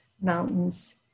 mountains